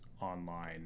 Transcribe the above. online